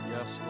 Yes